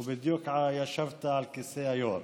ובדיוק ישבת על כיסא היו"ר,